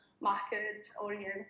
market-oriented